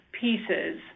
pieces